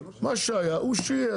מה שהיה הוא שיהיה.